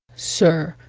sir,